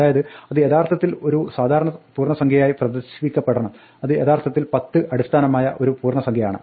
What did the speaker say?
അതായത് അത് യഥാർത്ഥത്തിൽ ഒരു സാധാരണ പൂർണ്ണസംഖ്യയായി പ്രദർശിപ്പിക്കപ്പെടണം അത് യഥാർത്ഥത്തിൽ 10 അടിസ്ഥാനമായ ഒരു പൂർണ്ണസംഖ്യയാണ്